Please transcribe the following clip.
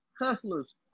hustlers